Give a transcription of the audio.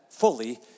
fully